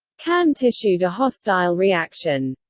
kant issued a hostile reaction.